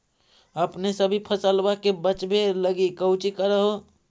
अपने सभी फसलबा के बच्बे लगी कौची कर हो?